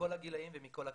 מכל הגילים ומכל הקהילות.